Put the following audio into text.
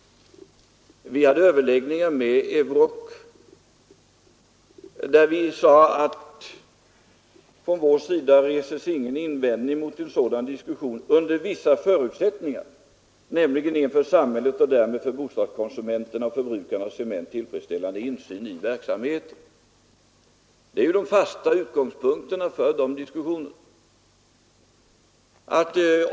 Vi hade överläggningar med Euroc där vi sade att vi inte reste några invändningar mot en sådan diskussion, under vissa förutsättningar, nämligen en för samhället och därmed för bostadskonsumenterna och förbrukarna av cement tillfredsställande insyn i verksamheten. Det är de fasta utgångspunkterna för diskussionerna.